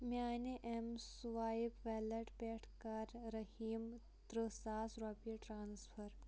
میانہِ ایٚم swipe wallet پٮ۪ٹھ کَر رٔحیٖم تٕرٕہ ساس رۄپیہِ ٹرانسفر